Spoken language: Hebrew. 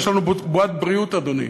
יש לנו בועת בריאות, אדוני.